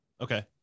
Okay